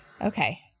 Okay